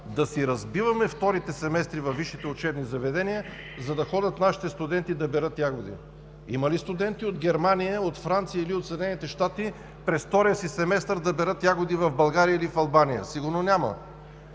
да си разбиваме вторите семестри във висшите учебни заведения, за да ходят нашите студенти да берат ягоди? Има ли студенти от Германия, от Франция или от САЩ през втория си семестър да берат ягоди в България или в Албания? Сигурно няма.